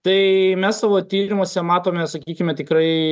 tai mes savo tyrimuose matome sakykime tikrai